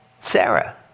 Sarah